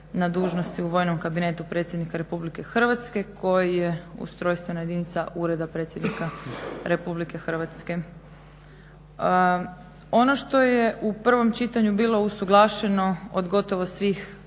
na dužnosti u vojnom kabinetu predsjednika Republike Hrvatske koji je ustrojstvena jedinica Ureda predsjednika Republike Hrvatske. Ono što je u prvom čitanju bilo usuglašeno od gotovo svih